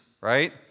right